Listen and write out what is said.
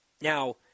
Now